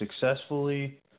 successfully